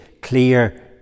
clear